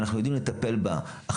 אם אנחנו יודעים לטפל בה עכשיו,